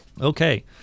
Okay